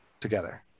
together